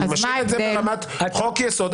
אני משאיר את זה ברמת חוק יסוד.